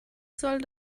soll